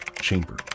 chamber